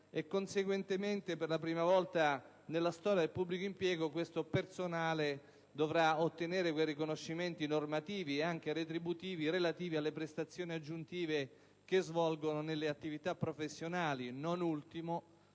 e conseguentemente per la prima volta nella storia del pubblico impiego questo personale dovrà ottenere riconoscimenti normativi ed anche retributivi relativi alle prestazioni aggiuntive che svolgono nelle attività professionali, non ultimo